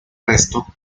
resto